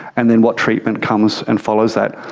and then what treatment comes and follows that.